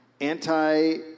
Anti-